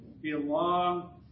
belong